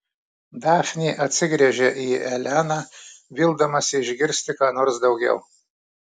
dafnė atsigręžia į eleną vildamasi išgirsti ką nors daugiau